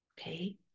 Okay